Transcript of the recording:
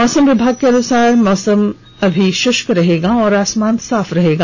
मौसम विभाग के अनुसार अभी मौसम शुष्क रहेगा और आसमान साफ रहेगा